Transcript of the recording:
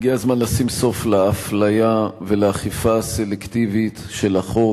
הגיע הזמן לשים סוף לאפליה ולאכיפה הסלקטיבית של החוק,